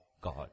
God